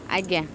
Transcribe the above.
ଆଜ୍ଞା